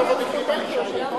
ברוב המקרים האישה מובילה.